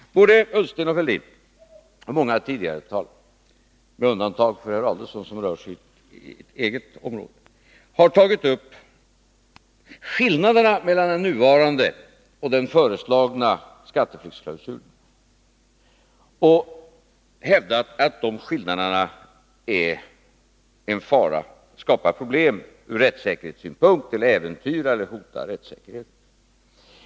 Både Ola Ullsten och Thorbjörn Fälldin och många tidigare talare — med undantag för herr Adelsohn, som rör sig inom sitt eget område — har tagit upp skillnaderna mellan den nuvarande och den föreslagna skatteflyktsklausulen och hävdat att dessa skillnader skapar problem ur rättssäkerhetssynpunkt eller äventyrar och hotar rättssäkerheten.